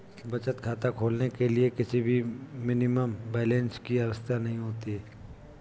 बचत खाता खोलने के लिए किसी भी मिनिमम बैलेंस की आवश्यकता नहीं होती है